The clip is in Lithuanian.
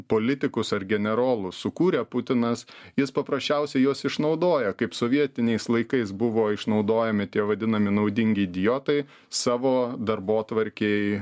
politikus ar generolus sukūrė putinas jis paprasčiausiai juos išnaudoja kaip sovietiniais laikais buvo išnaudojami tie vadinami naudingi idiotai savo darbotvarkei